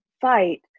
fight